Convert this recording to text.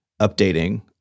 updating